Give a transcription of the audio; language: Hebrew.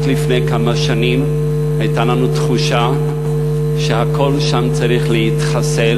רק לפני כמה שנים הייתה לנו תחושה שהכול שם צריך להתחסל,